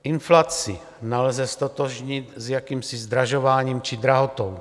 Inflaci nelze ztotožnit s jakýmsi zdražováním či drahotou.